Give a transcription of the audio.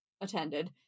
attended